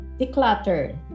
declutter